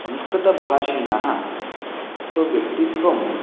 संस्कृतभाषिणः स्वव्यक्तित्वं